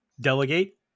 delegate